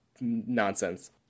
nonsense